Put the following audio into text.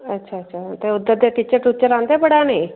अच्छा अच्छा ते उद्धर टीचर टूचर आंदे पढ़ाने गी